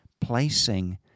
placing